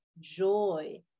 joy